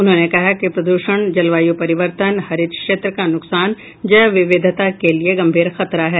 उन्होंने कहा कि प्रद्षण जलवायू परिवर्तन और हरित क्षेत्र का नुकसान जैव विविधता के लिए गंभीर खतरा है